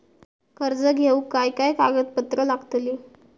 कर्ज घेऊक काय काय कागदपत्र लागतली?